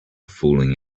fooling